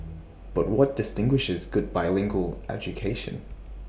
but what distinguishes good bilingual education